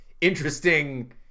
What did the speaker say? interesting